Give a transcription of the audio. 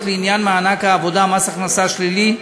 לעניין מענק העבודה (מס הכנסה שלילי).